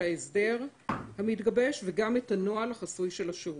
ההסדר המתגבש וגם את הנוהל החסוי של השירות.